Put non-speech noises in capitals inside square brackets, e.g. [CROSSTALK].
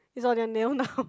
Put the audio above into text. it's on your nail now [BREATH]